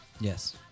Yes